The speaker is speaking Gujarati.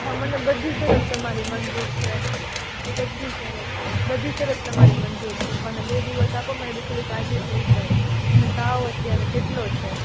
હા મને બધી શરત તમારી મંજૂર છે બધી શરત બધી શરત તમારી મંજૂર છે મને બે દિવસ આપો મારી દીકરી સાજી થઈ જાય એને તાવ અત્યારે કેટલો છે